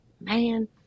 man